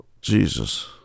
Jesus